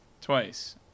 twice